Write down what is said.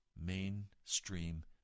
mainstream